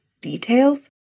details